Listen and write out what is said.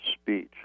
speech